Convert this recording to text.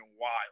wild